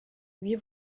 huit